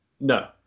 No